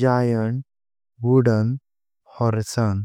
Giant wooden हॉर्सान।